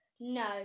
No